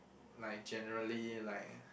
like generally like